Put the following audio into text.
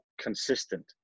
consistent